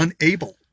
unable